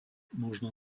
možno